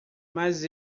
mas